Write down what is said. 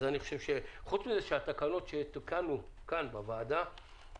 חוץ מזה שהתקנות שתיקנו כאן בוועדה